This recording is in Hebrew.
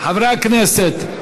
חברי הכנסת.